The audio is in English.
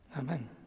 Amen